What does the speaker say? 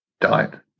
died